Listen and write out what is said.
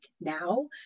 now